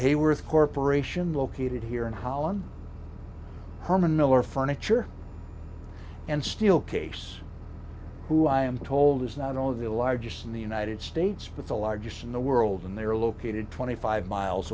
heyworth corporation located here in holland herman miller furniture and steel case who i am told is not all of the largest in the united states but the largest in the world and they're located twenty five miles